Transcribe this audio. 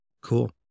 Cool